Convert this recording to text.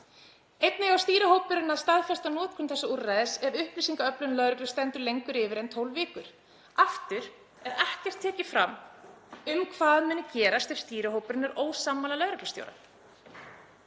Einnig á stýrihópurinn að staðfesta notkun þessa úrræðis ef upplýsingaöflun lögreglu stendur lengur yfir en 12 vikur. Aftur er ekkert tekið fram um hvað muni gerast ef stýrihópurinn er ósammála lögreglustjóra.